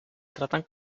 tratan